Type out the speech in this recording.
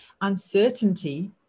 uncertainty